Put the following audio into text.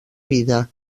vida